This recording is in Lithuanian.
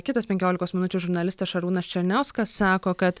kitas penkiolikos minučių žurnalistas šarūnas černiauskas sako kad